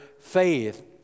faith